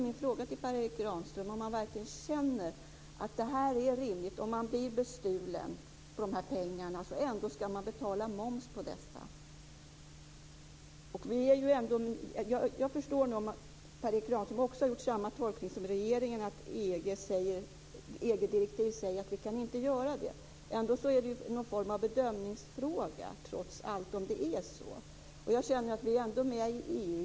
Min fråga till Per Erik Granström är om han verkligen känner att det är rimligt att man ändå ska betala moms på pengarna om man blir bestulen på dessa. Jag förstår om Per Erik Granström har gjort samma tolkning som regeringen att EG-direktiv säger att vi inte kan ändra på reglerna. Det är trots allt någon form av bedömningsfråga. Vi är ändå med i EU.